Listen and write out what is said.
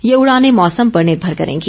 ये उड़ाने मौसम पर निर्भर करेंगी